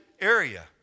area